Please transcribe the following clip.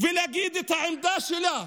ולהגיד את העמדה שלה,